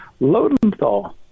Lodenthal